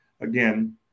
again